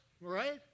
Right